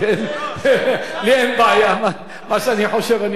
לי אין בעיה, מה שאני חושב אני אומר.